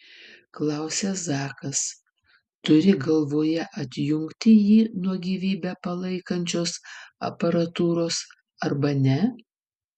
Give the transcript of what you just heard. klausia zakas turi galvoje atjungti jį nuo gyvybę palaikančios aparatūros arba ne